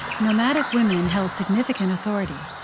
nomadic women held significant authority,